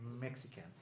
Mexicans